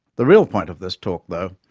the real point of this talk, though,